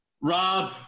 Rob